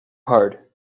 hard